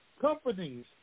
companies